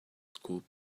school